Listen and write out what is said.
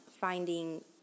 finding